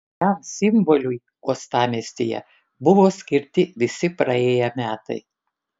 šiam simboliui uostamiestyje buvo skirti visi praėję metai